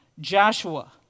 Joshua